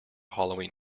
halloween